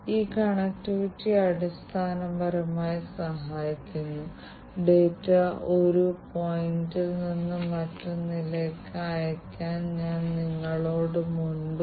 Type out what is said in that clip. അതിനാൽ തൊഴിലാളികൾക്ക് ഈ സാങ്കേതികവിദ്യകളെക്കുറിച്ച് വേഗതയേറിയതും വൈവിധ്യ പൂർണ്ണവുമായ അറിവ് ഉണ്ടായിരിക്കണം